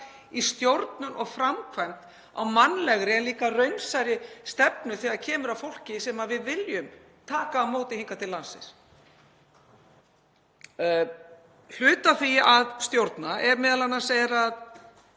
í stjórnun og framkvæmd á mannlegri en líka raunsærri stefnu þegar kemur að fólki sem við viljum taka á móti hingað til landsins. Hluti af því að stjórna er að reyna að